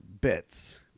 bits